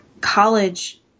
college